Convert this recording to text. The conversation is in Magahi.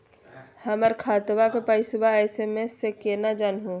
हमर खतवा के पैसवा एस.एम.एस स केना जानहु हो?